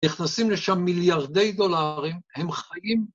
‫נכנסים לשם מיליארדי דולרים, ‫הם חיים.